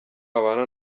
abana